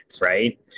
right